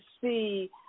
see